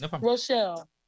Rochelle